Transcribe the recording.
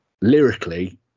lyrically